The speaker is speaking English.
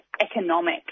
economic